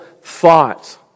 thought